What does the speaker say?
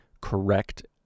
correct